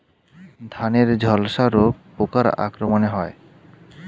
ধানের ঝলসা রোগ পোকার আক্রমণে হয়?